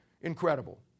Incredible